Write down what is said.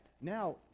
Now